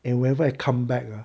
and whenever I come back ah